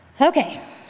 Okay